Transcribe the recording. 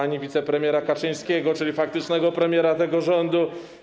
ani wicepremiera Kaczyńskiego, czyli faktycznego premiera tego rządu.